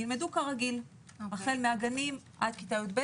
ילמדו כרגיל, החל מהגנים עד כיתה י"ב.